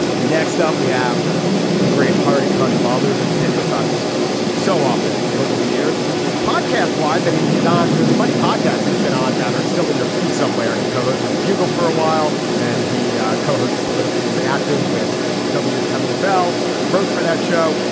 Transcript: next up we have the great hari kondabolu who's been with us so often over the years podcast wise i mean he's on. there's a bunch of podcasts he's been on that are still in your feed somewhere. he co-host the bugle for a while and he co-host a politically reactive with w. kamau bell he wrote for that show.